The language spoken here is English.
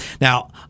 Now